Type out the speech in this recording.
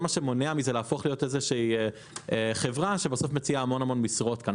זה מה שמונע מזה להפוך להיות איזושהי חברה שבסוף מציעה המון משרות כאן.